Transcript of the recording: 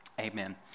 amen